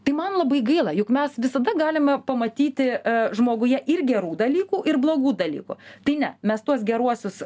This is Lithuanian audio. tai man labai gaila juk mes visada galime pamatyti žmoguje ir gerų dalykų ir blogų dalykų tai ne mes tuos geruosius